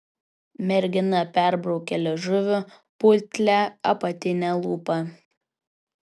mergina perbraukė liežuviu putlią apatinę lūpą